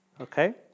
Okay